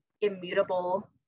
immutable